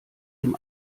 dem